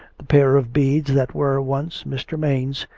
the pair of beads that were once mr. maine's,